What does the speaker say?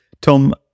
tom